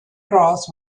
cross